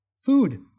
Food